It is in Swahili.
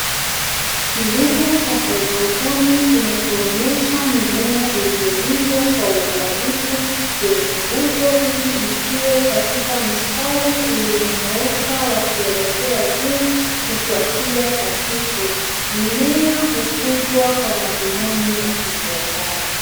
Kilimo cha hidrofoni kinacho onyesha mimea iliyolindwa kwa uangalifu, kwenye nguzo ili ikuwe katika mstari ulionyooka wa kuelekea juu kupitia chapisho. Mimea hukuzwa kwa madhumuni ya kibiashara.